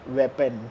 weapon